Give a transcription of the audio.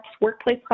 Workplace